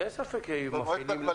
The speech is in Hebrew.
שאין ספק שמפעילים --- במועצה הכבלים